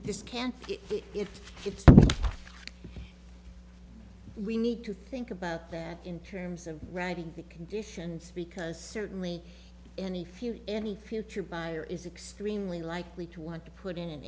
this can't be if we need to think about that in terms of writing the conditions because certainly any future any future buyer is extremely likely to want to put in an